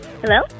Hello